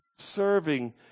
serving